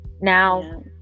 now